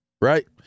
right